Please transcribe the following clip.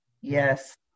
Yes